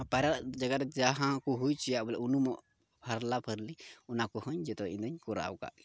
ᱯᱟᱭᱨᱟᱜ ᱡᱟᱭᱜᱟ ᱨᱮᱫᱚᱚ ᱡᱟᱦᱟᱸ ᱠᱚ ᱦᱩᱭ ᱦᱚᱪᱚᱭᱟ ᱵᱚᱞᱮ ᱩᱱᱩᱢᱚᱜ ᱯᱷᱟᱨᱞᱟ ᱯᱷᱟᱨᱞᱤ ᱚᱱᱟ ᱠᱚ ᱦᱚᱸ ᱡᱚᱛᱚ ᱤᱧ ᱫᱚᱧ ᱠᱚᱨᱟᱣ ᱠᱟᱫ ᱜᱮᱭᱟ